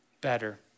better